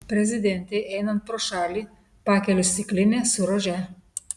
prezidentei einant pro šalį pakeliu stiklinę su rože